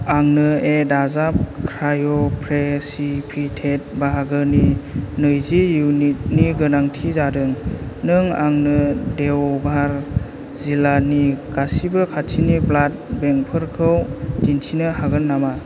आंनो ए दाजाब क्राय'प्रेसिपिटेट बाहागोनि नैजि इउनिटनि गोनांथि जादों नों आंनो देवबार जिल्लानि गासिबो खाथिनि ब्लाड बेंकफोरखौ दिन्थिनो हागोन नामा